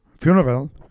funeral